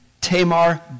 Tamar